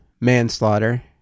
manslaughter